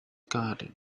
garden